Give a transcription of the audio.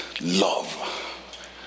love